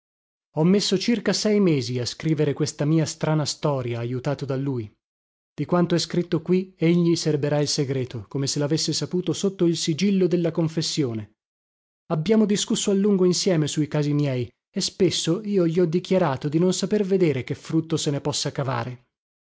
ho messo circa sei mesi a scrivere questa mia strana storia ajutato da lui di quanto è scritto qui egli serberà il segreto come se lavesse saputo sotto il sigillo della confessione abbiamo discusso a lungo insieme su i casi miei e spesso io gli ho dichiarato di non saper vedere che frutto se ne possa cavare